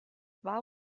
war